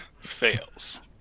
Fails